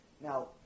Now